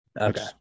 Okay